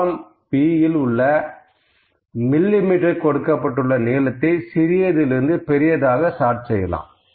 column B உள்ள மில்லி மீட்டரில் கொடுக்கப்பட்ட நீளத்தை சிறியதிலிருந்து பெரியதாக சார்ட் செய்யலாம்